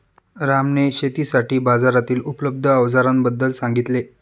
रामने शेतीसाठी बाजारातील उपलब्ध अवजारांबद्दल सांगितले